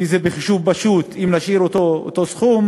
כי בחישוב פשוט, אם נשאיר את אותו סכום,